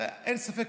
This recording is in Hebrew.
אין ספק,